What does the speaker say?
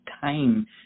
time